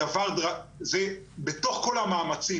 בתוך כל המאמצים,